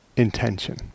intention